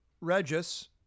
Regis